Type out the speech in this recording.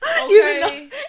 Okay